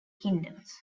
kingdoms